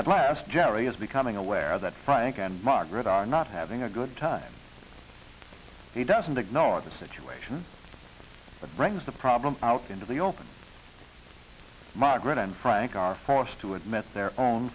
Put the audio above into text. at last jerry is becoming aware that frank and margaret are not having a good time he doesn't ignore the situation but brings the problem out into the open margaret and frank are forced to admit their own